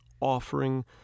offering